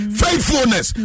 faithfulness